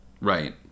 Right